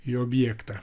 į objektą